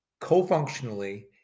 co-functionally